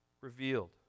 revealed